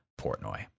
Portnoy